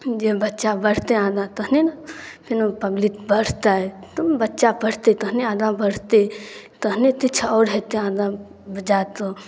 जे बच्चा बढ़तै आगाँ तखने ने फेनो पब्लिक बढ़तै तब बच्चा पढ़तै तखने आगाँ बढ़तै तहने किछु आओर हेतै आगाँ जाकऽ